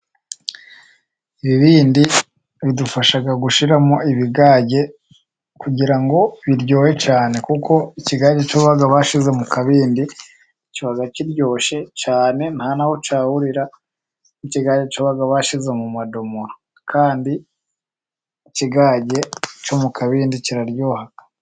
Ibibindi bidufasha gushyiramo ibigage kugira ngo biryohe cyane, kuko ikigage cyo baba bashyize mu kabindi kiba kiryoshye cyane nta n'aho cyahurira n'ikigage cyo baba bashyize mu madomoro, kandi ikigage cyo mu kabindi kiraryoha.